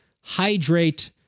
hydrate